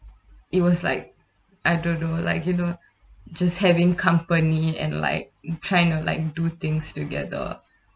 it was like I don't know like you know just having company and like trying to like do things together